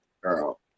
girl